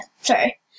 sorry